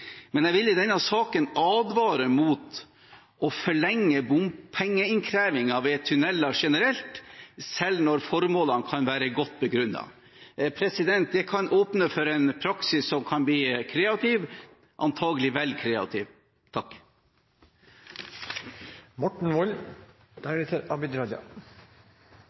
Men jeg vil advare mot å forlenge bompengeinnkrevingen ved tunneler generelt, selv når formålene kan være godt begrunnet. Det kan åpne for en praksis som kan bli kreativ – antakelig vel kreativ.